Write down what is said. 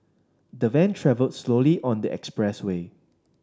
the van travelled slowly on the express way